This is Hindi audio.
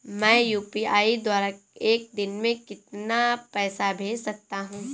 मैं यू.पी.आई द्वारा एक दिन में कितना पैसा भेज सकता हूँ?